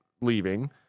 leaving